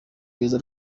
beza